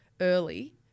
early